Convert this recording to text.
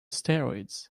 steroids